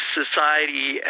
society